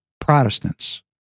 Protestants